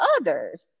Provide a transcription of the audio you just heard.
others